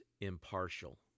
impartial